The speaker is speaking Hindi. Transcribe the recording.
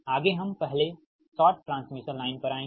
आगे हम पहले शॉर्ट ट्रांसमिशन लाइन पर आएँगे